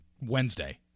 Wednesday